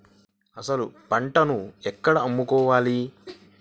అసలు పంటను ఎక్కడ అమ్ముకోవాలి?